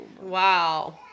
Wow